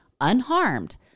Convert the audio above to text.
unharmed